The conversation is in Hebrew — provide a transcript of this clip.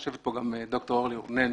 יושבת פה גם ד"ר אורלי רונן,